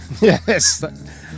Yes